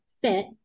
fit